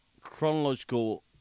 chronological